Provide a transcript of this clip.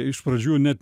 iš pradžių net